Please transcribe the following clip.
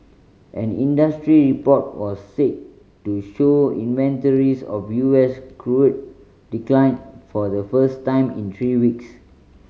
an industry report was said to show inventories of U S crude declined for the first time in three weeks